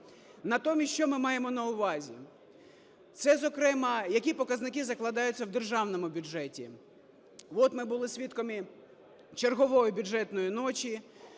Натомість що ми маємо на увазі? Це, зокрема, які показники закладаються в державному бюджеті. От ми були свідками чергової бюджетної ночі,